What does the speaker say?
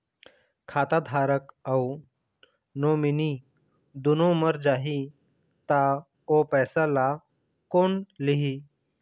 खाता धारक अऊ नोमिनि दुनों मर जाही ता ओ पैसा ला कोन लिही?